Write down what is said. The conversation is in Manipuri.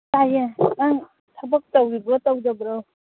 ꯇꯥꯏꯌꯦ ꯅꯪ ꯊꯕꯛ ꯇꯧꯔꯤꯕ꯭ꯔꯣ ꯇꯧꯗꯕ꯭ꯔꯣ